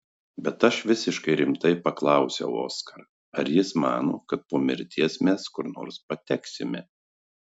bet aš visiškai rimtai paklausiau oskarą ar jis mano kad po mirties mes kur nors pateksime